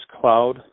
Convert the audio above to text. cloud